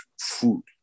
food